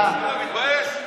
אתה לא מתבייש?